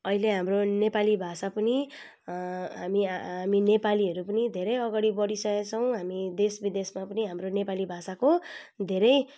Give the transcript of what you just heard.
अहिले हाम्रो नेपाली भाषा पनि हामी हामी नेपालीहरू पनि धेरै अगाडि बढिसकेको छौँ हामी देश विदेशमा पनि हाम्रो नेपाली भाषाको धेरै